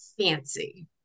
fancy